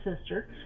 sister